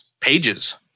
Pages